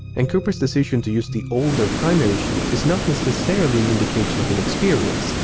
and cooper's decision to use the older primary chute is not necessarily an indication of inexperience.